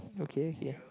okay okay